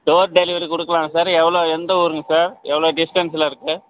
door delivery கொடுக்கலாம் sir எவ்வளோ எந்த ஊருங்க சார் எவ்வளோ டிஸ்டன்ஸில் இருக்குது